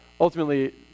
ultimately